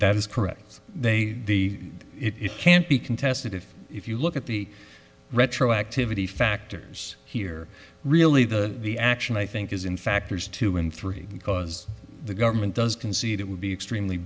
that is correct they be it can't be contested if if you look at the retroactivity factors here really the the action i think is in factors two and three because the government does concede it would be extremely